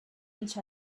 each